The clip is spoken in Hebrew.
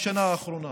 בשנה האחרונה